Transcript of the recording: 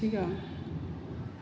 सिगां